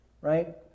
right